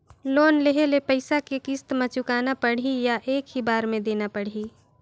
Loan लेहल पइसा के किस्त म चुकाना पढ़ही या एक ही बार देना पढ़ही?